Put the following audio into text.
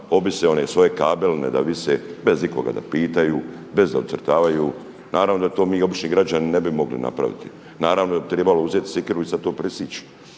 objese one svoje kabele da vise bez ikoga da pitaju, bez da ucrtavaju. Naravno da to mi obični građani ne bi mogli napraviti. Naravno da bi tribalo uzet sikiru i sad to prisič,